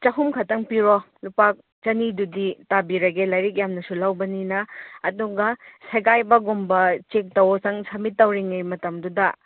ꯆꯍꯨꯝ ꯈꯛꯇꯪ ꯄꯤꯔꯣ ꯂꯨꯄꯥ ꯆꯅꯤꯗꯨꯗꯤ ꯇꯥꯕꯤꯔꯒꯦ ꯂꯥꯏꯔꯤꯛ ꯌꯥꯝꯅ ꯂꯧꯕꯅꯤꯅ ꯑꯗꯨꯒ ꯁꯦꯒꯥꯏꯕꯒꯨꯝꯕ ꯆꯦꯛ ꯇꯧꯋꯣ ꯅꯪ ꯁꯞꯃꯤꯠ ꯇꯧꯔꯤꯉꯩ ꯃꯇꯝꯗꯨꯗ